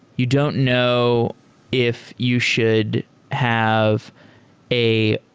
you don't know if you should have a